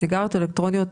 סיגריות אלקטרוניות?